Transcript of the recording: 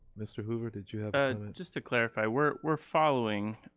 mr. hoover, did you have and just to clarify, we're we're following,